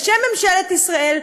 בשם ממשלת ישראל,